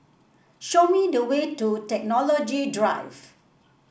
show me the way to Technology Drive